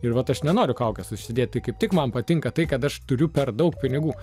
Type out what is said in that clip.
ir vat aš nenoriu kaukes užsidėti kaip tik man patinka tai kad aš turiu per daug pinigų